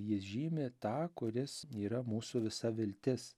jis žymi tą kuris yra mūsų visa viltis